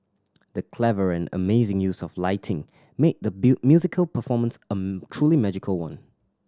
the clever and amazing use of lighting made the musical performance truly magical one